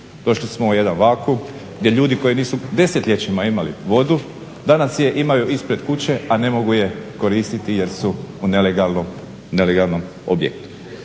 Došli smo u jedna vakuum gdje ljudi koji nisu desetljećima imali vodu, danas je imaju ispred kuće, a ne mogu je koristiti jer su u nelegalnom objektu.